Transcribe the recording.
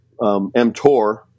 mTOR